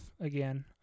again